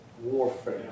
warfare